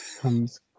comes